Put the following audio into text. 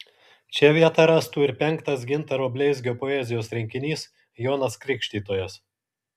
čia vietą rastų ir penktas gintaro bleizgio poezijos rinkinys jonas krikštytojas